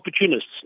opportunists